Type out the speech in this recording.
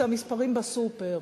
זה המספרים בסופר.